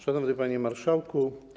Szanowny Panie Marszałku!